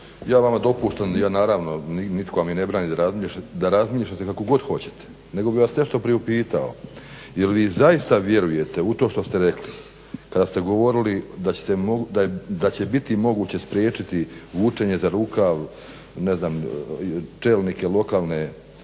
ja vama dopuštam naravno nitko vam i ne brani da razmišljate kako god hoćete nego bih vas nešto priupitao. Jel vi zaista vjerujete u to što ste rekli kada ste govorili da će biti moguće spriječiti vučenje za rukav čelnike lokalne